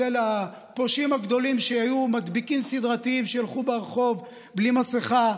הפושעים הגדולים שהיו מדביקים סדרתיים והלכו ברחוב בלי מסכה,